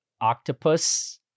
Octopus